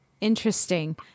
Interesting